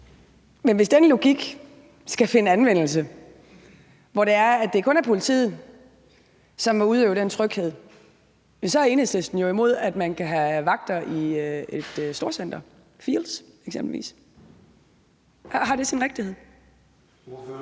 Men hvis den logik skal finde anvendelse der, hvor kun politiet må udøve tryghed, er Enhedslisten jo imod, at man kan have vagter i et storcenter som eksempelvis Field's. Har det sin rigtighed?